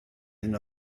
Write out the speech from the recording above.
hyn